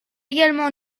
également